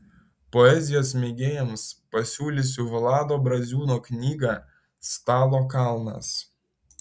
poezijos mėgėjams pasiūlysiu vlado braziūno knygą stalo kalnas